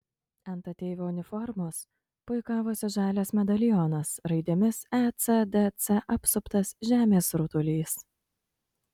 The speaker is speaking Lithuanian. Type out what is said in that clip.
ant ateivio uniformos puikavosi žalias medalionas raidėmis ecdc apsuptas žemės rutulys